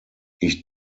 ich